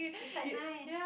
it's like nice